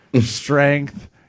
strength